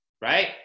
right